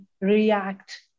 react